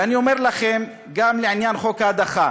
ואני אומר לכם, גם לעניין חוק ההדחה,